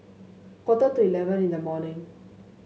quarter to eleven in the morning